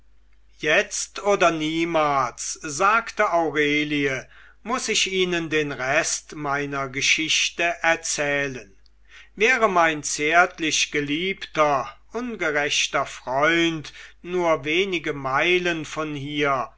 jetzt oder niemals sagte aurelie muß ich ihnen den rest meiner geschichte erzählen wäre mein zärtlich geliebter ungerechter freund nur wenige meilen von hier